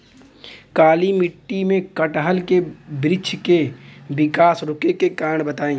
काली मिट्टी में कटहल के बृच्छ के विकास रुके के कारण बताई?